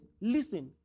Listen